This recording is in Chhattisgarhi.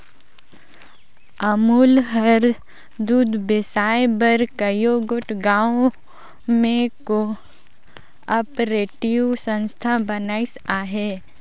अमूल हर दूद बेसाए बर कइयो गोट गाँव में को आपरेटिव संस्था बनाइस अहे